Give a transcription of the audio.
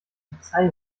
polizei